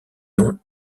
nom